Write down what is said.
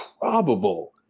probable